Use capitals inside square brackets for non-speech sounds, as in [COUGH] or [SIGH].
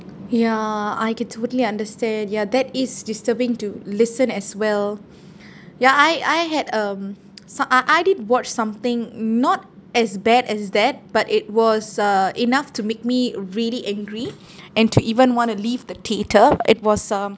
ya I can totally understand ya that is disturbing to listen as well ya I I had um [NOISE] so~ I I did watch something not as bad as that but it was uh enough to make me really angry and to even want to leave the theater it was um